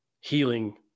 healing